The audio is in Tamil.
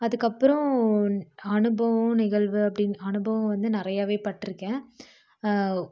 அதுக்கப்பறம் அனுபவம் நிகழ்வு அப்படின்ட்டு அனுபவம் வந்து நிறையாவே பட்டுருக்கேன்